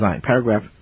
Paragraph